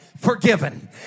forgiven